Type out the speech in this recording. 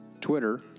Twitter